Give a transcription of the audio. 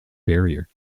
barrier